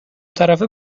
طرفه